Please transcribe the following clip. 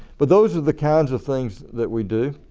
but those are the kinds of things that we do.